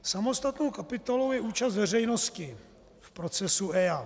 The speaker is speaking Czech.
Samostatnou kapitolou je účast veřejnosti v procesu EIA.